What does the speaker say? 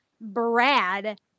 Brad